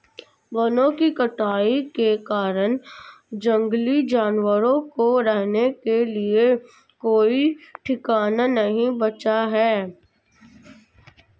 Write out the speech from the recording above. वनों की कटाई के कारण जंगली जानवरों को रहने के लिए कोई ठिकाना नहीं बचा है